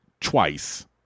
twice